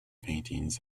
paintings